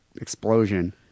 explosion